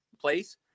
place